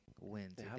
wins